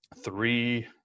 three